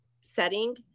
setting